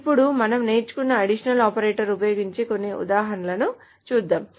ఇప్పుడు మనం నేర్చుకున్న అడిషనల్ ఆపరేటర్లను ఉపయోగించే కొన్ని ఉదాహరణల ను చూద్దాం